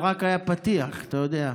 תכף תשמע, זה רק היה פתיח, אתה יודע.